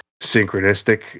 synchronistic